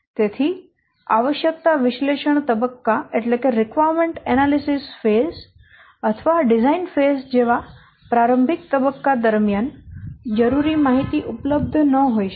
તેથી આવશ્યકતા વિશ્લેષણ તબક્કા અથવા આ ડિઝાઇન તબક્કા જેવા પ્રારંભિક તબક્કા દરમિયાન જરૂરી માહિતી ઉપલબ્ધ ન હોઈ શકે